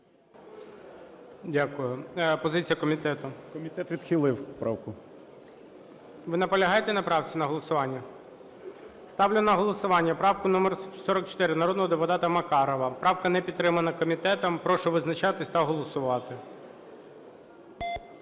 Дякую. Позиція комітету. 13:33:19 БОЖИК В.І. Комітет відхилив правку. ГОЛОВУЮЧИЙ. Ви наполягаєте на правці, на голосуванні? Ставлю на голосування правку номер 44 народного депутата Макарова. Правка не підтримана комітетом. Прошу визначатися та голосувати.